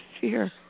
fear